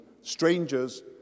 strangers